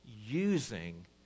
using